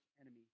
enemy